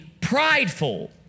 prideful